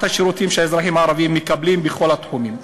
השירותים שהאזרחים הערבים מקבלים בכל התחומים.